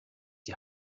die